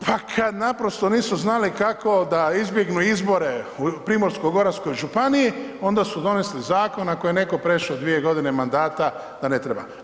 Pa kad naprosto nisu znali kako da izbjegnu izbore u Primorsko-goranskoj županiji onda su donesli zakon ako je netko prešo 2 godine mandata da ne treba.